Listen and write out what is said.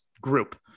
group